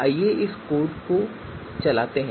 आइए इस कोड को चलाते हैं